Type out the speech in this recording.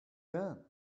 gun